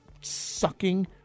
sucking